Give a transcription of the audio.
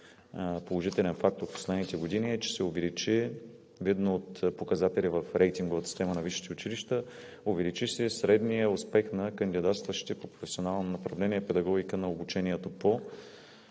положителен фактор в последните години, е, че се увеличи – видно от показателя в рейтинга от система на висшите училища, увеличи се средният успех на кандидатстващите по професионално направление „Педагогика на обучението“…